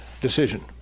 decision